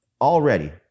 already